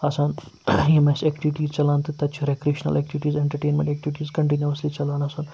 آسان یِم اَسہِ ایکٹِوِٹیٖز چَلان تہٕ تَتہِ چھُ recreational activities entertainment activities continuously چَلان آسان